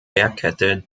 bergkette